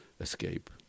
escape